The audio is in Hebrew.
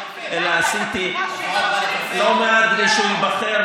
עשיתי לא מעט כדי שהוא ייבחר,